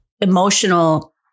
emotional